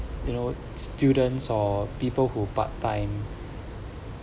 you know students or people who part time